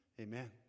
Amen